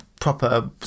proper